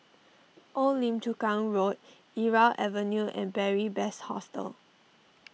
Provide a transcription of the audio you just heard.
Old Lim Chu Kang Road Irau Avenue and Beary Best Hostel